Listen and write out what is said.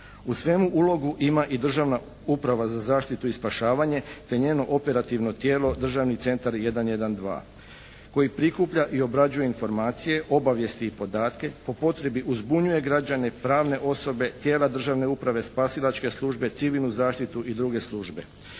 U svemu ulogu ima i Državna uprava za zaštitu i spašavanje te njeno operativno tijelo državni centar 112 koji prikuplja i obrađuje informacije, obavijesti i podatke po potrebi uzbunjuje građane, pravne osobe, tijela državne uprave, spasilačke službe, civilnu zaštitu i druge službe.